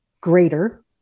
greater